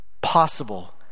possible